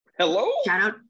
Hello